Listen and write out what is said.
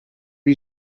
you